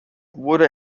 wurde